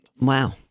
Wow